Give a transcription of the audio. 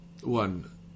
One